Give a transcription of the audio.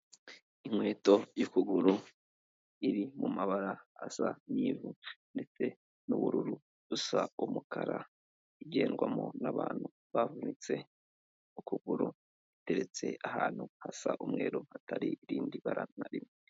Inkweto y'ukuguru iri mu mabara asa n'ivu ndetse n'ubururu busa umukara igendwamo n'abantu bavunitse, ukuguru guteretse ahantu hasa umweru hatari irindi bara na rimwe.